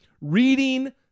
reading